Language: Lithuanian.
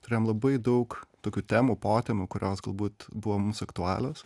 turėjom labai daug tokių temų potemių kurios galbūt buvo mums aktualios